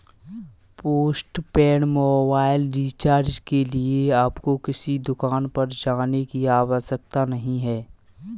postpaid mobile recharge के लिए आपको किसी दुकान पर जाने की आवश्यकता नहीं है